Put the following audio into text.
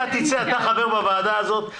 אתה חבר בוועדה הזאת,